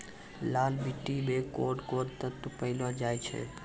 लाल मिट्टी मे कोंन कोंन तत्व पैलो जाय छै?